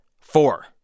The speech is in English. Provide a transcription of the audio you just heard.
Four